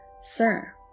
Sir